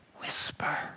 whisper